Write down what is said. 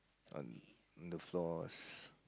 on the floors